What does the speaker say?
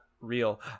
real